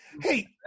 Hey